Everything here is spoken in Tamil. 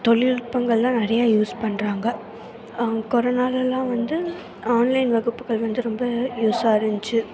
தொழில்நுட்பங்கள்லாம் நிறையா யூஸ் பண்ணுறாங்க கொரோனாவிலலாம் வந்து ஆன்லைன் வகுப்புகள் வந்து ரொம்ப யூஸாக இருந்துச்சி